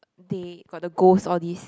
day got the ghost all this